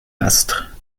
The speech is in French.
astre